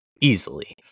easily